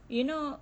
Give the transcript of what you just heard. you know